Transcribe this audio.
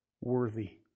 Worthy